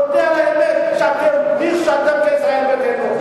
תודה על האמת שאתם נכשלתם כישראל ביתנו.